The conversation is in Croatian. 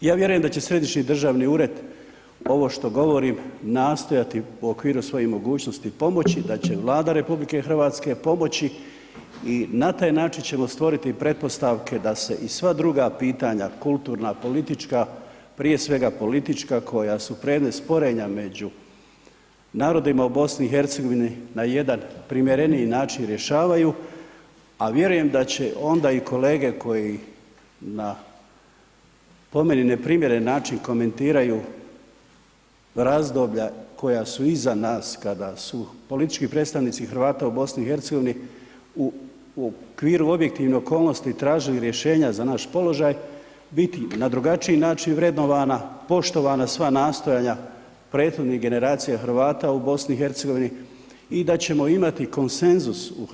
Ja vjerujem da će Središnji državni ured ovo što govorim, nastojati u okviru svojih mogućnosti, pomoći, da će Vlada RH pomoći i na taj način ćemo stvoriti pretpostavke da se i sva druga pitanja kulturna, politička, prije svega politička koja su predmet sporenja među narodima u BiH, na jedan primjereniji način rješavaju, a vjerujem da će onda i kolege koji na, po meni neprimjeren način komentiraju razdoblja koja su iza nas kada su politički predstavnici Hrvata u BiH u okviru objektivnih okolnosti tražili rješenja za naš položaj, biti na drugačiji način vrednovana, poštovana sva nastojanja prethodnih generacija Hrvata u BiH i da ćemo imati konsenzus u HS o BiH.